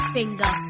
Finger